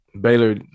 Baylor